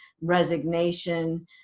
resignation